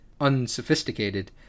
unsophisticated